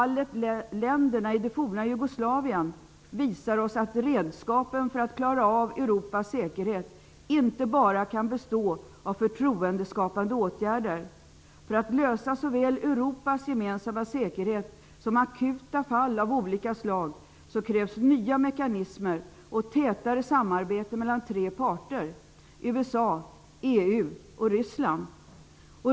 Länderna i det forna Jugoslavien visar oss att redskapen som behövs för att klara av Europas säkerhet inte bara kan bestå av förtroendeskapande åtgärder. För att lösa problemen med såväl Europas gemensamma säkerhet som akuta fall av olika slag krävs nya mekanismer och tätare samarbete mellan tre parter -- USA, EU och Ryssland.